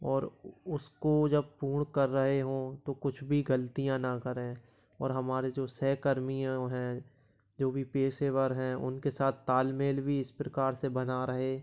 और उसको जब पूर्ण कर रहे हों तो कुछ भी गलतियाँ ना करें और हमारे जो सहकर्मी हैं उन्हें जो भी पेशेवर हैं उनके साथ तालमेल भी इस प्रकार से बना रहे